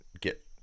get